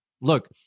Look